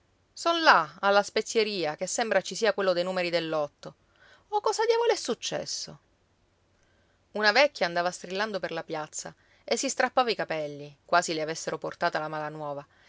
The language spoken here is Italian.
là alla spezieria che sembra ci sia quello dei numeri del lotto o cosa diavolo è successo una vecchia andava strillando per la piazza e si strappava i capelli quasi le avessero portata la malanuova